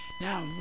Now